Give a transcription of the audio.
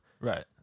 right